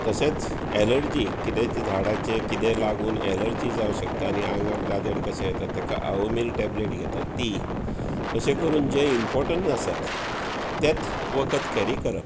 तशेंच एलर्जी कितेंय झाडाचें किेतेंय लागून एलर्जी जावपाक शकता आनी आंगाक दादड कशें येता तेका आवमील टॅबलेट घेता ती अशें करून जें इम्पोर्टण्ट आसात तेंच वखद कॅरी करप